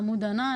עמוד ענן,